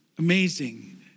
Amazing